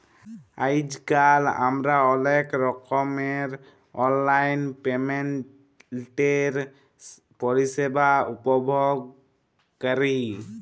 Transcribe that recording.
আইজকাল আমরা অলেক রকমের অললাইল পেমেল্টের পরিষেবা উপভগ ক্যরি